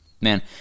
Man